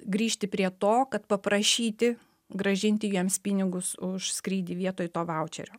grįžti prie to kad paprašyti grąžinti jiems pinigus už skrydį vietoj to vaučerio